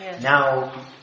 Now